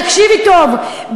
תקשיבי טוב.